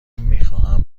میخواهم